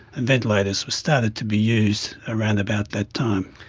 and ventilators started to be used around about that time.